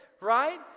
right